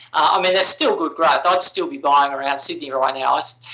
i mean there's still good growth. i'd still be buying around sydney right now.